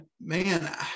man